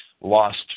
Lost